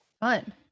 fun